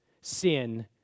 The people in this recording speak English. sin